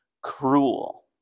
cruel